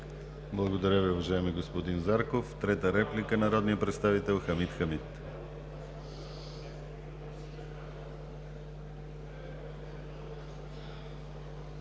Благодаря Ви, уважаеми господин Зарков. Трета реплика – народният представител Хамид Хамид.